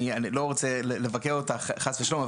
אני לא רוצה לבקר אותך חס ושלום,